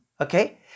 okay